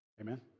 Amen